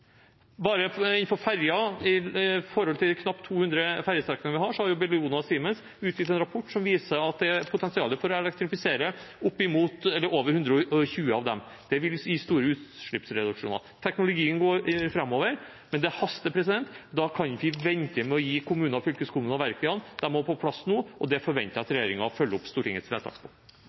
de knapt 200 ferjestrekningene vi har, har Bellona og Siemens utgitt en rapport som viser at det er potensial for å elektrifisere over 120 av dem. Det vil gi store utslippsreduksjoner. Teknologien går framover, men det haster. Da kan vi ikke vente med å gi kommuner og fylkeskommuner verktøyene. De må på plass nå, og jeg forventer at regjeringen følger opp Stortingets